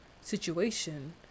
situation